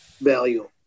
value